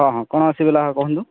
ହଁ ହଁ କ'ଣ ଅସୁବିଧା ହେଲା କହନ୍ତୁ